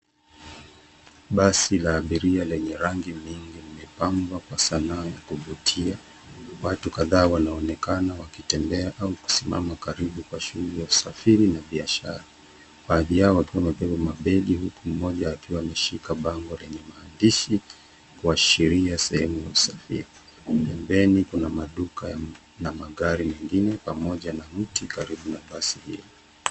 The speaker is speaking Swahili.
Basi la abiria lenye rangi mingi imepambwa kwa sanaa ya kuvutia. Watu kadhaa wanaonekana wakitembea au kusimama karibu kwa shughuli ya usafiri na biashara. Baadhi yao wakiwa wamebeba mabegi huku mmoja akiwa ameshika bango lenye maandishi kuashiria sehemu ya usafiri. Upembeni kuna maduka na magari mengine pamoja na mti karibu na basi hili.